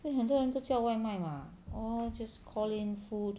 很多人就叫外卖吗 or just call in food